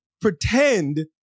Pretend